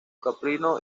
caprino